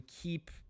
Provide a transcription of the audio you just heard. keep